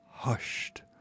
hushed